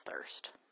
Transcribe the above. thirst